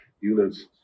units